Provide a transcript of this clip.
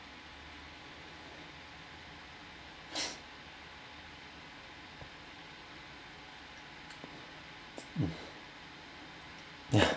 um yeah